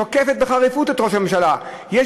תוקפת בחריפות את ראש הממשלה: "יש